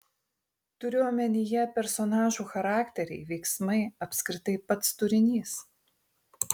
turiu omenyje personažų charakteriai veiksmai apskritai pats turinys